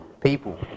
people